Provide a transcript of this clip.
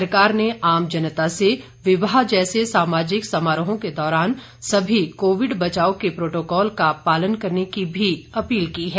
सरकार ने आम जनता से विवाह जैसे सामाजिक समारोहों के दौरान सभी कोविड बचाव के प्रोटोकॉल का पालन करने की भी अपील की है